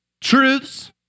Truths